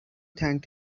thanked